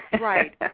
Right